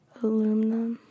aluminum